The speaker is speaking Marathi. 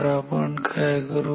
तर आपण काय करू